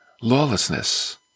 lawlessness